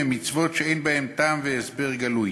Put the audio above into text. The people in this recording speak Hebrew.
היא מצוות שאין להן טעם והסבר גלוי